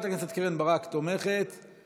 שעה, נגיף הקורונה החדש),